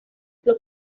los